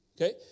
Okay